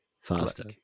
Faster